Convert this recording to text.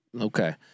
Okay